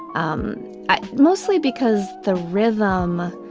um mostly because the rhythm.